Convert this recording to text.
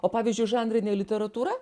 o pavyzdžiui žanrinė literatūra